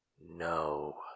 No